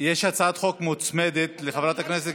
יש הצעת חוק מוצמדת להצעת חברת הכנסת,